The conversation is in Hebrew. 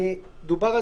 דובר על